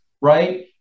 right